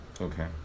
Okay